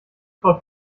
frau